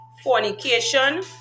fornication